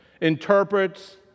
interprets